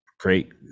Great